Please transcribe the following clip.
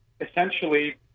essentially